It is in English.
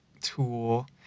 tool